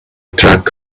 track